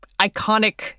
iconic